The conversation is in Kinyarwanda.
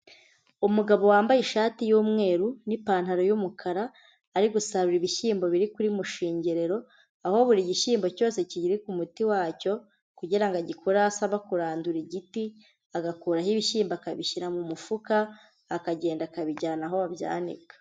Umugabo wambaye ishati y'umweru n'ipantaro y'umukara ari gusarura ibishyimbo biri kuri mushengerero, aho buri gishyimbo cyose kiri k'umuti wacyo kugira ngo agikureho asaba kurandura igiti, agakuraho ibishyimbo akabishyira mu mufuka akagenda akabijyana aho babyanika